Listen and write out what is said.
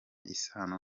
isano